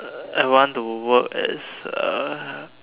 uh I want to work as a